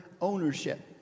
ownership